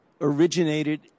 originated